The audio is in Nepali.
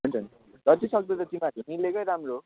हुन्छ हुन्छ जतिसक्दो चाहिँ तिमीहरूले मिलेकै राम्रो हो